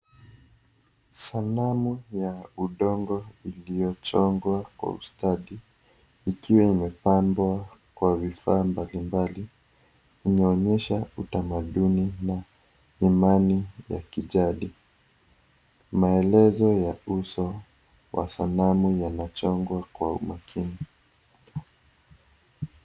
Zanamu ya udongo iliyochongwa kwa ustadi ikiwa imepandwa kwa vifaa mbalimbali. Inaonyesha utamaduni na Imani ya kijadi. Maelezo ya uso wa zanamu yanachongwa kwa umakini.